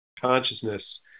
consciousness